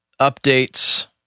updates